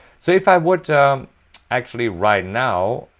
so if i would actually right now,